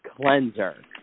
cleanser